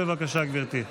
בבקשה, גברתי.